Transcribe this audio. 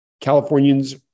Californians